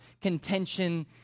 contention